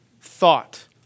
thought